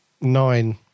nine